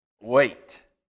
wait